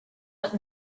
but